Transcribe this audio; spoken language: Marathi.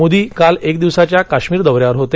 मोदी काल एक दिवसाच्या काश्मीर दौर्यांवर होते